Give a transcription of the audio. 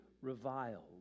reviled